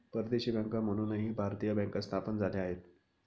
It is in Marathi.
परदेशी बँका म्हणूनही भारतीय बँका स्थापन झाल्या आहेत